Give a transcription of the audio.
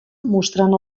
mostrant